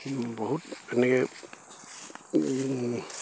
বহুত এনেকে